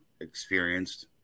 experienced